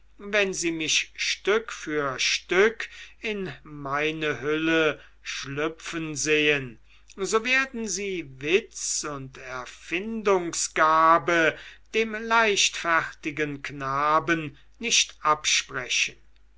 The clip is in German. wenn sie mich stück für stück in meine hülle schlüpfen sehen so werden sie witz und erfindungsgabe dem leichtfertigen knaben nicht absprechen